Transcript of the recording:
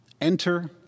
Enter